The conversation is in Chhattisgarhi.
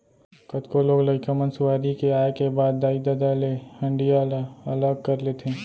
कतको लोग लइका मन सुआरी के आए के बाद दाई ददा ले हँड़िया ल अलग कर लेथें